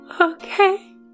okay